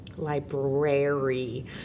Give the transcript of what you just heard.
library